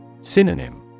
Synonym